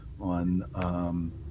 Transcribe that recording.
on